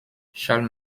charles